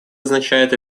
означает